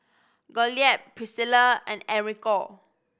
Gottlieb Priscilla and Enrico